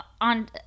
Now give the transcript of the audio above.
on